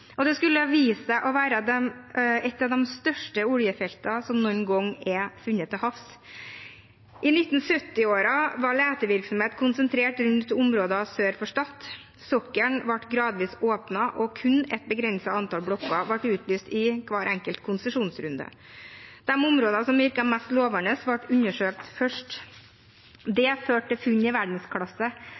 og det skulle vise seg å være et av de største oljefeltene som noen gang er funnet til havs. I 1970-årene var letevirksomhet konsentrert rundt områder sør for Stad. Sokkelen ble gradvis åpnet, og kun et begrenset antall blokker ble utlyst i hver enkelt konsesjonsrunde. De områdene som virket mest lovende, ble undersøkt først. Det førte til funn i verdensklasse,